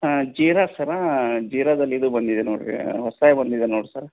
ಹಾಂ ಜೀರಾ ಸರ್ರಾ ಜೀರಾದಲ್ಲಿ ಇದು ಬಂದಿದೆ ನೋಡ್ರಿ ಹೊಸ್ದಾಗಿ ಬಂದಿದೆ ನೋಡಿ ಸರ್